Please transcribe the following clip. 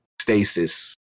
stasis